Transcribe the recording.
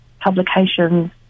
publications